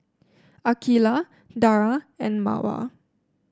Aqeelah Dara and Mawar